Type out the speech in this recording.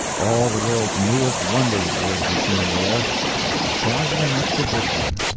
all the world's newest wonders were to be seen there a dazzling exhibition.